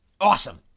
Awesome